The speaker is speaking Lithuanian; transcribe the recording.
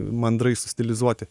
mandrai sustilizuoti